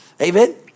Amen